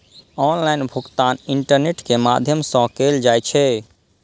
online भुगतान internet के माध्यम सं कैल जाइ छै